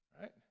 Right